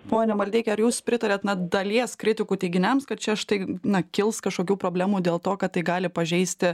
ponia maldeiki ar jūs pritariat na dalies kritikų teiginiams kad čia štai na kils kažkokių problemų dėl to kad tai gali pažeisti